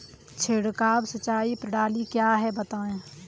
छिड़काव सिंचाई प्रणाली क्या है बताएँ?